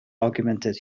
augmented